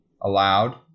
allowed